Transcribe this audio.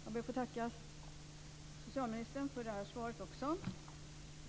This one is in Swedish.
Herr talman! Jag ber att få tacka socialministern för det här svaret också.